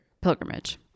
pilgrimage